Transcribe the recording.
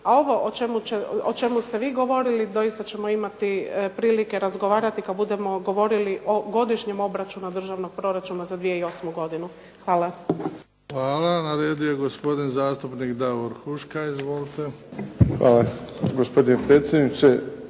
a ovo o čemu ste vi govorili doista ćemo imati prilike razgovarati kada budemo govorili o godišnjem obračunu državnog proračuna za 2008. godinu. Hvala. **Bebić, Luka (HDZ)** Hvala. Na redu je gospodin zastupnik Davor Huška. Izvolite. **Huška,